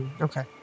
Okay